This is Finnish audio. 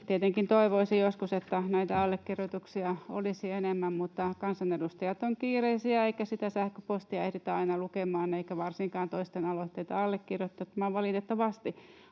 Tietenkin toivoisi joskus, että näitä allekirjoituksia olisi enemmän, mutta kansanedustajat ovat kiireisiä eikä sitä sähköpostia ehditä aina lukemaan eikä varsinkaan toisten aloitteita allekirjoittamaan,